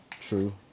True